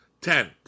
Ten